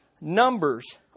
numbers